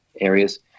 areas